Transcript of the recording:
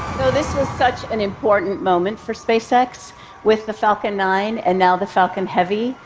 this was such an important moment for spacex. with the falcon nine and now the falcon heavy,